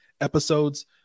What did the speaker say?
episodes